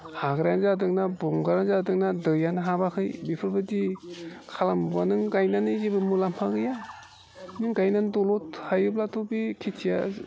हाग्रायानो जादों ना बंग्रायानो जादों ना दैयानो हाबाखै बेफोरबायदि खालामोबा नों गायनानै जेबो मुलाम्फा गैया नों गायनानै दलर थायोब्लाथ' बे खेतिया